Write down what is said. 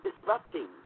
disrupting